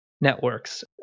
networks